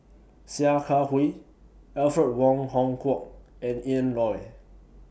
Sia Kah Hui Alfred Wong Hong Kwok and Ian Loy